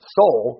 soul